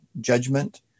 judgment